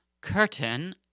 curtain